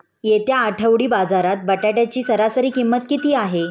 येत्या आठवडी बाजारात बटाट्याची सरासरी किंमत किती आहे?